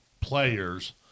players